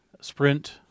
Sprint